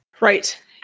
Right